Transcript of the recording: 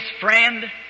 friend